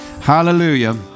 Hallelujah